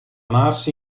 mars